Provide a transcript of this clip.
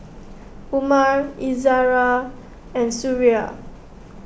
Umar Izzara and Suria